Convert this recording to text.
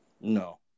No